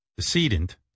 decedent